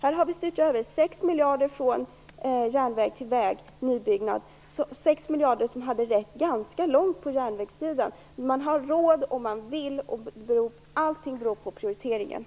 Här har vi styrt över 6 miljarder från järnväg till nybyggnad av väg, 6 miljarder som hade räckt ganska långt på järnvägssidan. Man har råd om man vill - allting beror på prioriteringar!